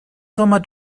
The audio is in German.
sommer